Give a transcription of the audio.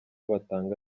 batanga